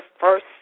first